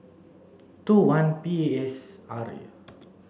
two one P A S R